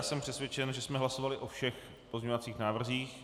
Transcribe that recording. Jsem přesvědčen, že jsme hlasovali o všech pozměňovacích návrzích.